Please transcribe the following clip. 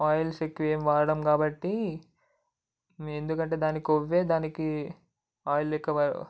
oils ఎక్కువ ఏమి వాడం కాబట్టి మేము ఎందుకంటే దాని కొవ్వే దానికి ఆయిల్ లెక్క